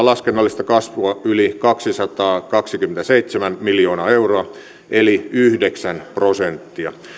laskennallista kasvua yli kaksisataakaksikymmentäseitsemän miljoonaa euroa eli yhdeksän prosenttia